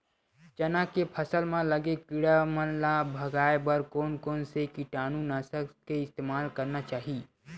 चना के फसल म लगे किड़ा मन ला भगाये बर कोन कोन से कीटानु नाशक के इस्तेमाल करना चाहि?